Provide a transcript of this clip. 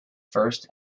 first